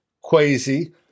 Quasi